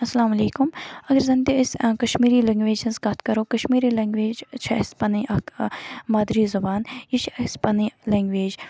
السلامُ علیکُم اگر زَنہٕ تہِ أسۍ ٲں کَشمیری لیٚنگویج ہنٛز کَتھ کَرو کَشمیری لیٚنگویج چھِ اَسہِ پَنٕنۍ اَکھ مادری زبان یہِ چھِ اَسہِ پَنٕنۍ لینگویج